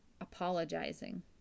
apologizing